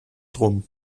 drum